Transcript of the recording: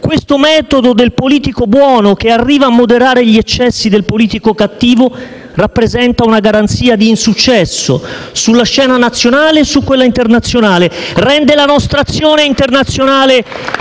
questo metodo del politico buono, che arriva a moderare gli eccessi del politico cattivo, rappresenta una garanzia di insuccesso, sulla scena nazionale e su quella internazionale *(Applausi dal Gruppo PD)* e rende la nostra azione internazionale